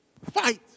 Fight